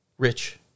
Rich